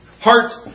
heart